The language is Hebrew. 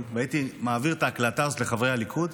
והייתי מעביר את ההקלטה הזאת לחברי הליכוד,